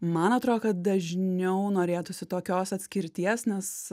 man atrodo kad dažniau norėtųsi tokios atskirties nes